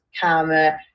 karma